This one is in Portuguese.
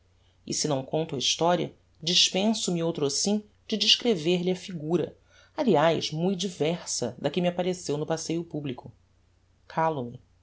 e se não conto a historia dispenso me outrosim de descrever lhe a figura aliás mui diversa da que me appareceu no passeio publico calo me